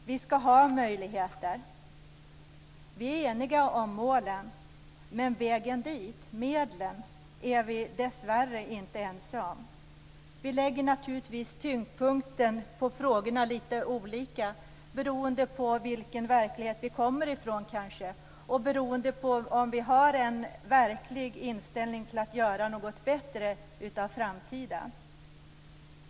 Vi skall ha möjligheter. Vi är eniga om målen. Men vägen dit, medlen, är vi dessvärre inte ense om. Vi lägger naturligtvis tyngdpunkten på frågorna litet olika, kanske beroende på vilken verklighet vi kommer från och beroende på om vi har en verklig inställning att göra något bättre av framtiden.